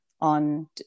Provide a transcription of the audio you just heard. on